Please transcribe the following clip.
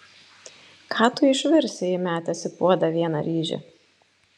ką tu išvirsi įmetęs į puodą vieną ryžį